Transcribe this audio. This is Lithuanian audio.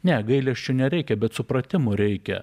ne gailesčio nereikia bet supratimo reikia